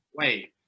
wait